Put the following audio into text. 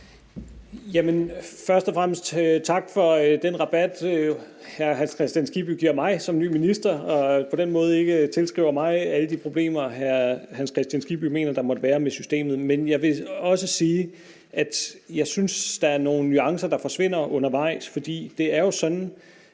Først og fremmest tak for den rabat, hr. Hans Kristian Skibby giver mig som ny minister, og for, athan på den måde ikke tilskriver mig alle de problemer, hr. Hans Kristian Skibby mener der måtte være med systemet. Men jeg vil også sige, at jeg synes, der er nogle nuancer, der forsvinder undervejs. For det er jo sådan,